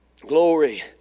glory